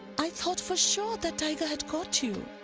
i thought for sure that tiger had caught you.